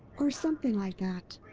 or something like that.